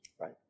Right